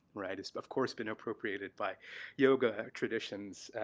right? it's but of course been appropriated by yoga traditions,